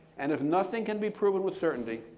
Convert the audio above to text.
and if nothing can be proven with certainty,